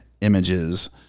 images